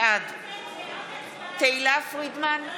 בעד תהלה פרידמן,